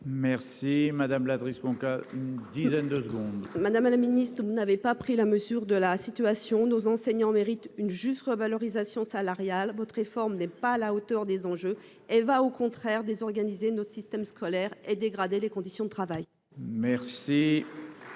secondes. Madame la Ministre, vous n'avez pas pris la mesure de la situation, nos enseignants méritent une juste revalorisation salariale votre réforme n'est pas à la hauteur des enjeux. Elle va au contraire des organiser notre système scolaire et dégradé les conditions de travail. Merci.